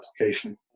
application